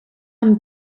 amb